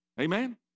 Amen